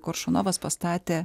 koršunovas pastatė